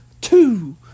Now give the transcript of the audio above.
two